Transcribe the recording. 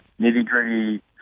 nitty-gritty